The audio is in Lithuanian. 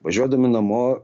važiuodami namo